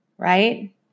right